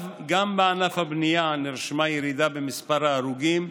גם בענף הבנייה נרשמה ירידה במספר ההרוגים,